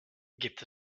gibt